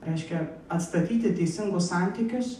reiškia atstatyti teisingus santykius